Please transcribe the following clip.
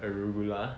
arugula